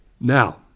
Now